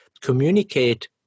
communicate